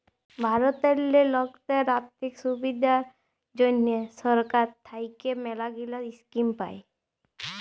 ভারতেল্লে লকদের আথ্থিক সুবিধার জ্যনহে সরকার থ্যাইকে ম্যালাগিলা ইস্কিম পায়